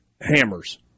hammers